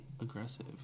aggressive